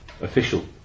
official